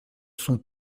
sont